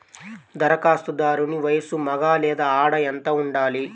ధరఖాస్తుదారుని వయస్సు మగ లేదా ఆడ ఎంత ఉండాలి?